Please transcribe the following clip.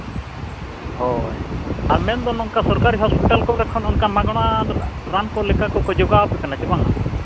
ᱦᱳᱭ ᱟᱨ ᱢᱮᱱ ᱫᱚ ᱱᱚᱝᱠᱟ ᱥᱚᱨᱠᱟᱨᱤ ᱦᱚᱥᱯᱤᱴᱟᱞ ᱠᱚᱨᱮᱜ ᱠᱷᱚᱱᱟᱜ ᱢᱟᱜᱽᱱᱟ ᱨᱟᱱ ᱠᱚ ᱞᱮᱠᱟ ᱠᱚ ᱡᱚᱜᱟᱣ ᱟᱯᱮ ᱠᱟᱱᱟ ᱥᱮ ᱵᱟᱝ ᱟ